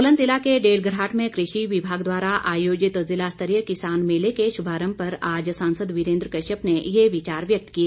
सोलन जिला के डेढ़ घराट में कृषि विभाग द्वारा आयोजित जिला स्तरीय किसान मेले के शुभारंभ पर अवसर आज सांसद वीरेंद्र कश्यप ने ये विचार व्यक्त किए